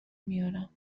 میارم